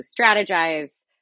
strategize